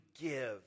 give